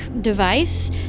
device